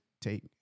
take